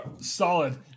Solid